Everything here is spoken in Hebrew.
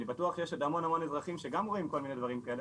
אני בטוח שיש עוד המון המון אזרחים שגם רואים כל מיני דברים כאלה,